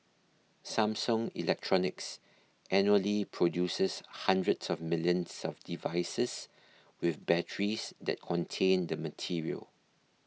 Samsung Electronics annually produces hundreds of millions of devices with batteries that contain the material